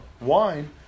Wine